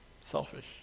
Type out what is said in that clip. selfish